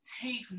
take